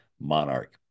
Monarch